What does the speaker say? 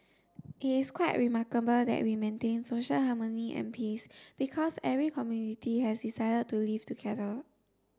it is quite remarkable that we maintain social harmony and peace because every community has decided to live together